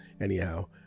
Anyhow